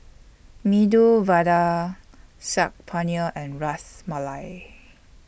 Medu Vada Saag Paneer and Ras Malai